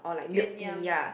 Yuen Yang